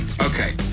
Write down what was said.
Okay